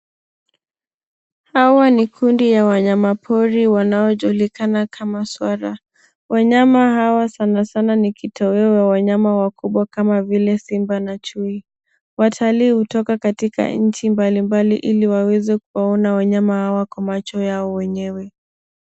Hawa ni kundi ya wanyamapori wanaojulikana kama swara. Wanyama hawa sanasana ni kitoweo wa wanyama wakubwa kama vile simba na chui. Watalii hutoka katika nchi mbalimbali ili waweze kuwaona wanyama hawa kwa macho yao wenyewe.